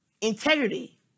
integrity